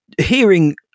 hearing